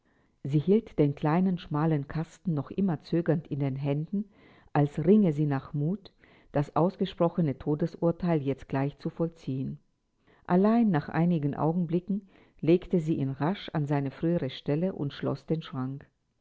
sie hielt den kleinen schmalen kasten noch immer zögernd in den händen als ringe sie nach mut das ausgesprochene todesurteil jetzt gleich zu vollziehen allein nach einigen augenblicken legte sie ihn rasch an seine frühere stelle und schloß den schrank